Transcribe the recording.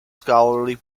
scholarly